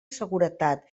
seguretat